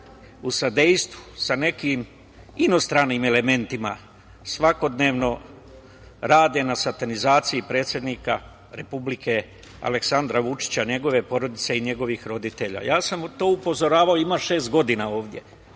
u sadejstvu sa nekim inostranim elementima svakodnevno rade na satanizaciji predsednika Republike, Aleksandra Vučića, njegove porodice i njegovih roditelja. Ja sam na to upozoravao, ima šest godina ovde,